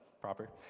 proper